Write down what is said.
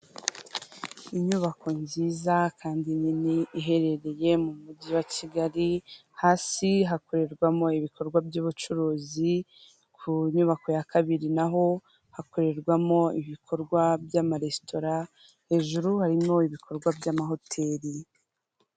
Inyubako nziza kandi nini iherereye mu mujyi wa kigali, hasi hakorerwamo ibikorwa by'ubucuruzi, ku nyubako ya kabiri na ho hakorerwamo ibikorwa by'amaresitora, hejuru harimo ibikorwa by'amahoteri.